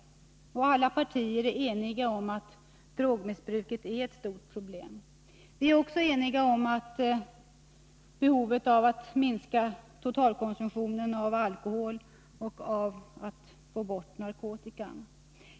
Och alla partier är eniga om att drogmissbruket är ett stort problem. Vi är också eniga om behovet av att minska totalkonsumtionen av alkohol och att få bort narkotikan.